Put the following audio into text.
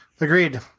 Agreed